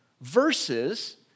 verses